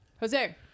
Jose